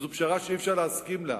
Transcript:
זו פשרה שאי-אפשר להסכים לה.